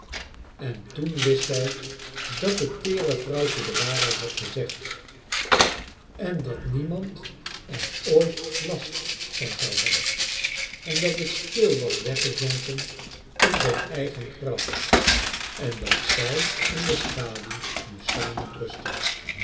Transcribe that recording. en toen wist zij dat het teere vrouwtje de waarheid had gezegd en dat niemand er ooit last van zou hebben en dat het stil was weggezonken in zijn eigen graf en dat zij en de s chadu w nu samen rustten